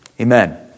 Amen